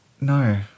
No